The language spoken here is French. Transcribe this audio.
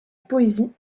poésie